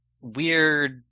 weird